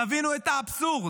תבינו את האבסורד,